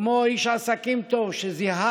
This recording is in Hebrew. כמו איש עסקים טוב שזיהה